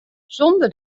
zonder